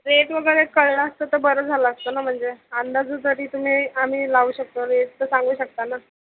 rate वगैरे कळलं असतं तर बरं झालं असतं ना म्हणजे अंदाजासाठी तुम्ही आम्ही लावू शकतो रेट तर सांगू शकता ना